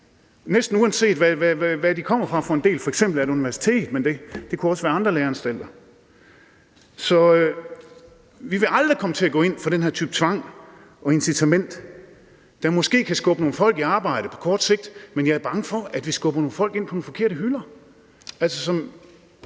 næsten uanset hvor de for en del kommer fra, f.eks. et universitet, men det kunne også være andre læreanstalter. Alternativet vil aldrig komme til at gå ind for den her type tvang og incitament, der måske kan skubbe nogle folk i arbejde på kort sigt, men som jeg er bange for skubber nogle folk ind på nogle forkerte hylder.